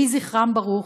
יהי זכרם ברוך,